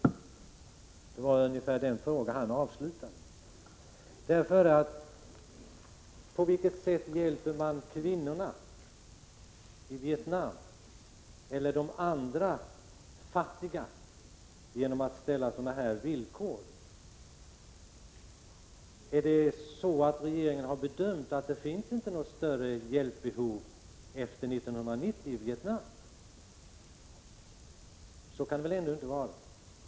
Det var ungefär den frågan Gunnar Fredriksson avslutade sin artikel med. På vilket sätt hjälper man kvinnorna i Vietnam eller de andra fattiga genom att ställa sådana här villkor? Har regeringen bedömt saken så att det inte finns något större hjälpbehov i Vietnam efter 1990? På det sättet kan det väl ändå inte vara.